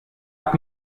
habt